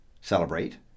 celebrate